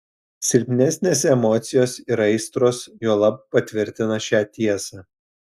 silpnesnės emocijos ir aistros juolab patvirtina šią tiesą